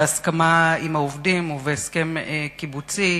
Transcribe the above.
בהסכמה עם העובדים ובהסכם קיבוצי,